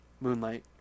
Moonlight